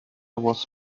was